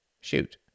Shoot